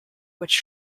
which